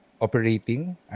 Operating